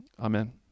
Amen